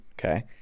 okay